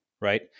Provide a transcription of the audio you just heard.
right